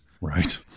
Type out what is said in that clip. Right